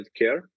healthcare